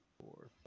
four